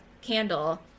candle